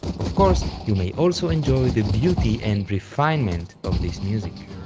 of course, you may also enjoy the beauty and refinement of this music.